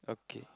okay